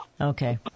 Okay